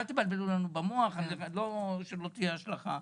ושלא תהיה השלכה.